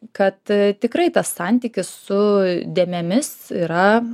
kad tikrai tas santykis su dėmėmis yra